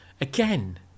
again